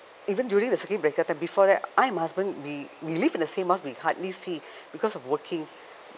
even during the circuit breaker then before that I and husband we we live in the same house we hardly see because of working